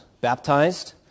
baptized